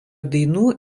dainų